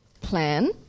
plan